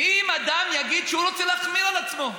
ואם אדם יגיד שהוא רוצה להחמיר על עצמו,